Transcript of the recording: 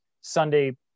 Sunday